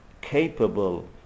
capable